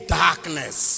darkness